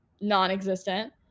non-existent